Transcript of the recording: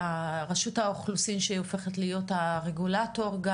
רשות האוכלוסין שהופכת להיות הרגולטור.